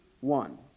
one